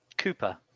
Cooper